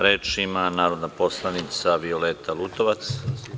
Reč ima narodna poslanica Violeta Lutovac.